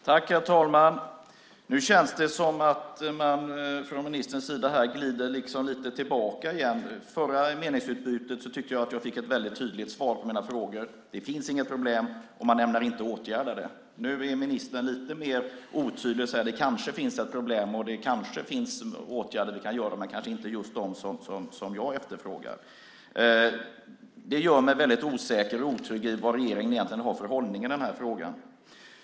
Herr talman! Nu känns det som om ministern glider tillbaka lite grann igen. I det förra meningsutbytet tyckte jag att jag fick ett väldigt tydligt svar på mina frågor: Det finns inget problem, och man ämnar inte åtgärda det. Nu är ministern lite mer otydlig och säger att det kanske finns ett problem och att man kanske kan vidta åtgärder men kanske inte just de åtgärder som jag efterfrågar. Det gör mig väldigt osäker och otrygg när det gäller vad regeringen egentligen har för hållning i denna fråga.